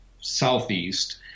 southeast